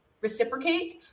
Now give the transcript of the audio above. reciprocate